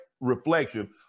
reflection